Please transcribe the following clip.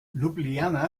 ljubljana